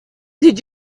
did